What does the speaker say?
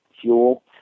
fuel